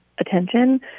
attention